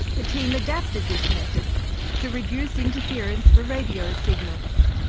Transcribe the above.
the team adapted this method to reduce interference for radio signals,